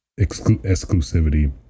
exclusivity